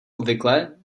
obvykle